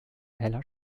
heller